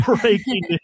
breaking